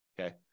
okay